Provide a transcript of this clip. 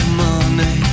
money